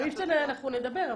על מפת"ן אנחנו נדבר,